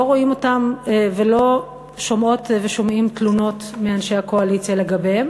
לא רואים אותם ולא שומעות ושומעים תלונות מאנשי הקואליציה לגביהם